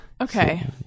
Okay